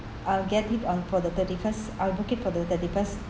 I'll get it on for the thirty first I'll book it for the thirty first